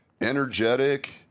energetic